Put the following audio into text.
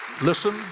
Listen